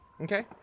okay